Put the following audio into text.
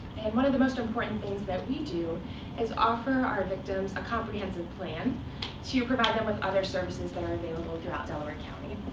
and one of the most important things that we do is offer our victims a comprehensive plan to provide them with other services that are available throughout delaware county.